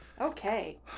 okay